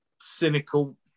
cynical